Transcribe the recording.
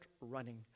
running